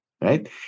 right